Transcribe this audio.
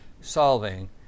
solving